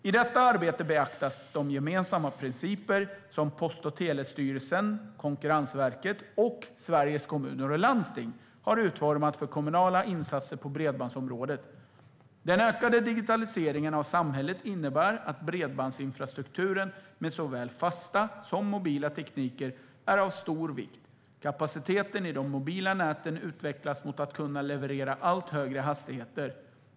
I detta arbete beaktas de gemensamma principer som Post och telestyrelsen, Konkurrensverket och Sveriges Kommuner och Landsting har utformat för kommunala insatser på bredbandsområdet. Den ökade digitaliseringen av samhället innebär att bredbandsinfrastrukturen, med såväl fasta som mobila tekniker, är av stor vikt. Kapaciteten i de mobila näten utvecklas mot att kunna leverera allt högre hastigheter.